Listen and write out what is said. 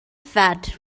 fat